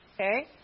Okay